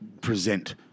present